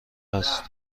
هست